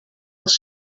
als